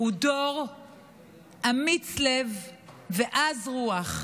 הוא דור אמיץ לב ועז רוח.